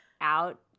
out